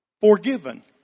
Forgiven